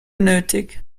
nötig